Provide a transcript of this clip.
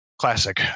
classic